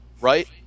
right